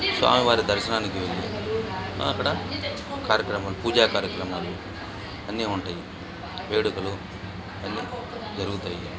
స్వామి వారి దర్శనానికి వెళ్ళి అక్కడ కార్యక్రమాలు పూజా కార్యక్రమాలు అన్నీ ఉంటాయి వేడుకలు అన్నీ జరుగుతాయి